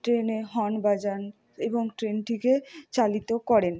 ট্রেনে হর্ন বাজান এবং ট্রেনটিকে চালিত করেন